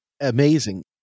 Amazing